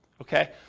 Okay